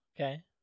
Okay